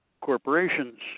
corporations